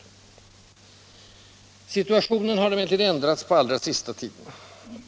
Situationen har emellertid ändrats på allra sista tiden.